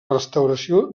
restauració